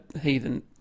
heathen